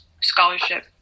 scholarship